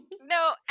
No